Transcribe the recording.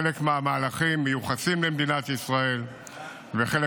חלק מהמהלכים מיוחסים למדינת ישראל וחלק